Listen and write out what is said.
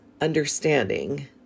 understanding